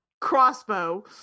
crossbow